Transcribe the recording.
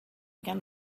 again